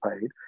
paid